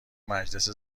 مجلس